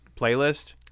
playlist